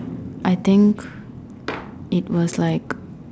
I think it was like